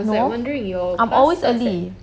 no I'm always early